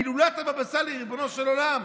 הילולת הבבא סאלי, ריבונו של עולם.